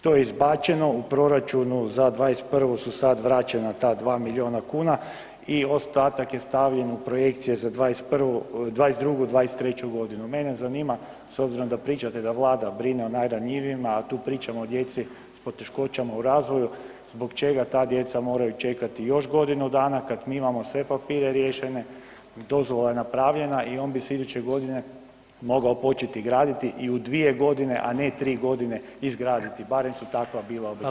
To je izbačeno, u proračunu za '21. su sad vraćena ta 2 milijuna kuna i ostatak je stavljen u projekcije za '21, '22. i '23.g. Mene zanima s obzirom da pričate da vlada brine o najranjivijima, a tu pričamo o djeci s poteškoćama u razvoju, zbog čega ta djeca moraju čekati još godinu dana kad mi imamo sve papire riješene, dozvola je napravljena i on bi se iduće godine mogao početi graditi i u 2.g., a ne 3.g. izgraditi, barem su takva bila obećanja? [[Upadica: Hvala vam]] Zahvaljujem.